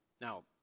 Now